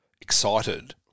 excited